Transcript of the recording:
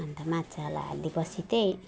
अन्त माछालाई हालिदिए पछि चाहिँ